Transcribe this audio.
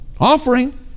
offering